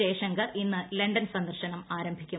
ജയശങ്കർ ഇന്ന് ലണ്ടൻ സന്ദർശനം ആരംഭിക്കും